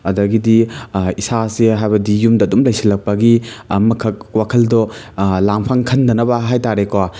ꯑꯗꯒꯤꯗꯤ ꯏꯁꯥꯁꯦ ꯍꯥꯏꯕꯗꯤ ꯌꯨꯝꯗ ꯑꯗꯨꯝ ꯂꯩꯁꯤꯜꯂꯛꯄꯒꯤ ꯑꯃꯈꯛ ꯋꯥꯈꯜꯗꯣ ꯂꯥꯡ ꯐꯥꯡ ꯈꯟꯗꯅꯕ ꯍꯥꯏꯇꯥꯔꯦꯀꯣ